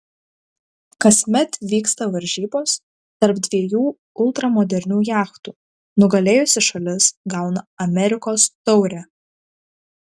kasmet vyksta varžybos tarp dviejų ultramodernių jachtų nugalėjusi šalis gauna amerikos taurę